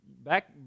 back